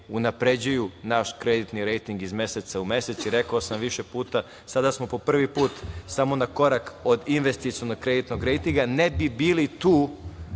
naš kreditni rejting iz meseca u mesec i rekao sam više puta, sada smo po prvi put samo na korak od investicionog kreditnog rejtinga. Ne bi bili tu